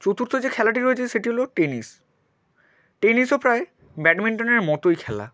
চতুর্থ যে খেলাটি রয়েছে সেটি হলো টেনিস টেনিসও প্রায় ব্যাডমিন্টনের মতোই খেলা